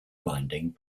binding